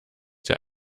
dir